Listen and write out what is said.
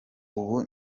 ubu